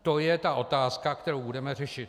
To je ta otázka, kterou budeme řešit.